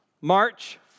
March